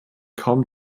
kaum